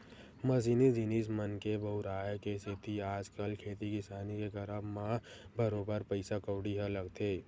मसीनी जिनिस मन के बउराय के सेती आजकल खेती किसानी के करब म बरोबर पइसा कउड़ी ह लगथे